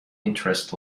interest